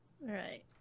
Right